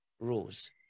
rules